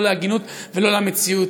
לא להגינות ולא למציאות.